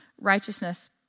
righteousness